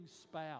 spouse